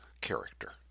character